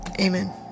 Amen